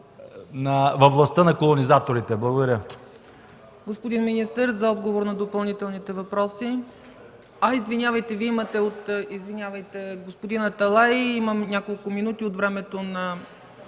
във властта на колонизаторите? Благодаря.